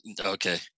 okay